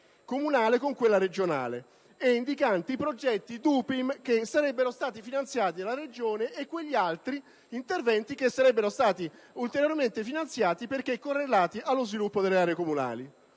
comunale con quella regionale e indicanti i progetti DUPIM che sarebbero stati finanziati dalla Regione, nonché gli altri interventi che sarebbero stati ulteriormente finanziati perché correlati allo sviluppo delle aree comunali.